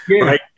right